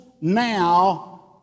now